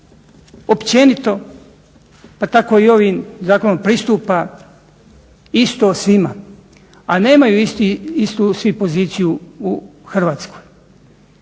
općenito pa tako i ovim zakonom pristupa isto svima, a nemaju istu svi poziciju u Hrvatskoj.